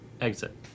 exit